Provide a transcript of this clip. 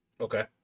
Okay